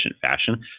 fashion